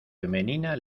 femenina